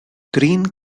green